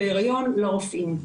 לרופאים.